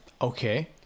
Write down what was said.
okay